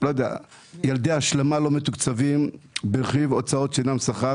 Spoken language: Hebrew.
ילדי השלמה לא מתוקצבים ברכיב הוצאות שאינן שכר